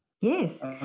yes